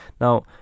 Now